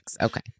Okay